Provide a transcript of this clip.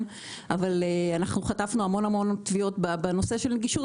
אבל חטפנו המון תביעות בנושא נגישות.